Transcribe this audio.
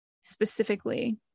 specifically